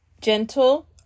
gentle